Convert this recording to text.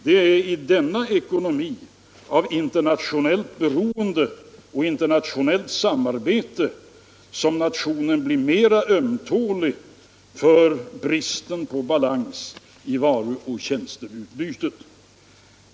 Det är i denna ekonomi av internationellt beroende och internationellt samarbete som nationen blir mera ömtålig för bristen på balans i varuoch tjänsteutbytet.